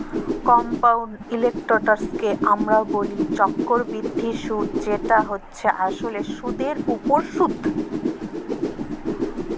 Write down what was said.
compound ইলটারেস্টকে আমরা ব্যলি চক্করবৃদ্ধি সুদ যেট হছে আসলে সুদের উপর সুদ